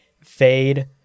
Fade